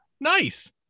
Nice